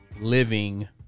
living